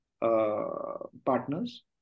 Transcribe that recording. Partners